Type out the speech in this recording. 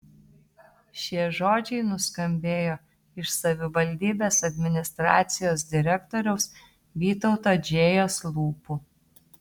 šie žodžiai nuskambėjo iš savivaldybės administracijos direktoriaus vytauto džėjos lūpų